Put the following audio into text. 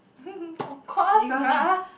of course bruh